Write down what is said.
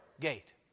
gate